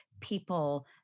people